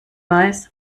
weiß